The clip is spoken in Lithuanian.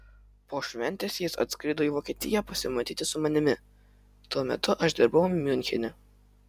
po šventės jis atskrido į vokietiją pasimatyti su manimi tuo metu aš dirbau miunchene